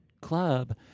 club